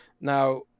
now